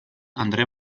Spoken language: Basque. andre